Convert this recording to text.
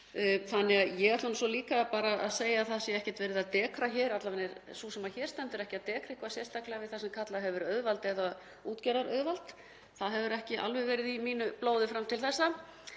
af. Ég ætla líka að segja að það sé ekkert verið að dekra hér við — alla vega er sú sem hér stendur ekki að dekra eitthvað sérstaklega við það sem kallað hefur verið auðvald eða útgerðarauðvald. Það hefur ekki alveg verið í mínu blóði fram til þessa.